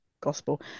gospel